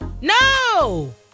No